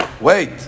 wait